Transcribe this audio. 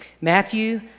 Matthew